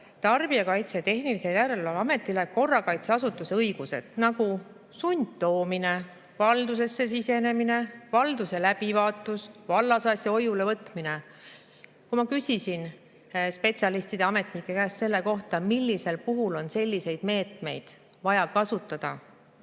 Tarbijakaitse ja Tehnilise Järelevalve Ametile korrakaitseasutuse õigused, nagu sundtoomine, valdusesse sisenemine, valduse läbivaatus, vallasasja hoiule võtmine. Kui ma küsisin spetsialistide ja ametnike käest selle kohta, millisel puhul on selliseid meetmeid vaja kasutada,